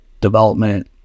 development